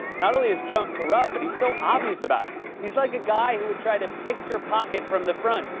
not only is trump corrupt, but he's so obvious about he's like a guy who would try to pick your pocket from the front.